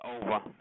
over